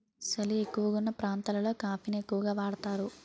సలి ఎక్కువగావున్న ప్రాంతాలలో కాఫీ ని ఎక్కువగా వాడుతారు